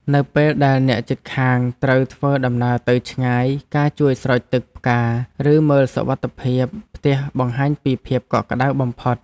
នៅពេលដែលអ្នកជិតខាងត្រូវធ្វើដំណើរទៅឆ្ងាយការជួយស្រោចទឹកផ្កាឬមើលសុវត្ថិភាពផ្ទះបង្ហាញពីភាពកក់ក្តៅបំផុត។